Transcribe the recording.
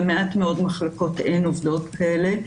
במעט מאד מחלוקת אין עובדות כאלה.